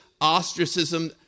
ostracism